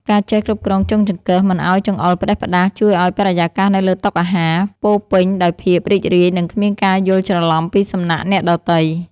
ការចេះគ្រប់គ្រងចុងចង្កឹះមិនឱ្យចង្អុលផ្តេសផ្តាសជួយឱ្យបរិយាកាសនៅលើតុអាហារពោរពេញដោយភាពរីករាយនិងគ្មានការយល់ច្រឡំពីសំណាក់អ្នកដទៃ។